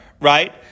right